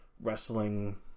wrestling